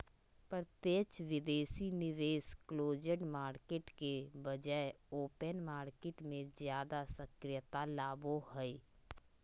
प्रत्यक्ष विदेशी निवेश क्लोज्ड मार्केट के बजाय ओपन मार्केट मे ज्यादा सक्रियता लाबो हय